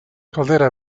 caldera